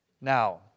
Now